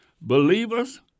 believers